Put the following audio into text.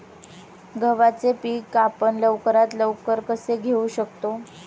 गव्हाचे पीक आपण लवकरात लवकर कसे घेऊ शकतो?